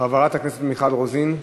חברת הכנסת מיכל רוזין,